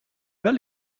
wel